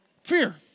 Fear